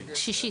התוספת השישית.